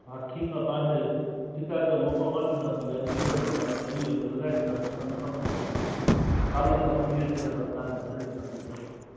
हा ठीकु आहे तव्हांखे शिकायत ॼो मौको कोनि ॾींदासीं वाजिबी अघु ॾींदासीं छड़ी जो अघु लॻाए ॾींदासीं असां न कमाईंदासीं तव्हां मां चारि लख पंजुवीह हज़ार रुपिया तव्हांखे भरे ॾींदासीं